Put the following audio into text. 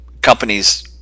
companies